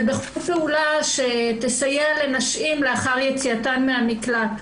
ובכל פעולה שתסייע לנשים לאחר יציאתן מהמקלט.